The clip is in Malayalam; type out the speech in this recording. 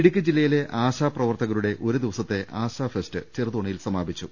ഇടുക്കി ജില്ലയിലെ ആശാ പ്രവർത്തകരുടെ ഒരുദിവസത്തെ ആശാ ഫെസ്റ്റ് ചെറുതോണിയിൽ സമാപിച്ചു